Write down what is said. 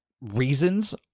reasons